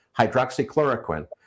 hydroxychloroquine